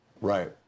Right